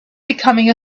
becoming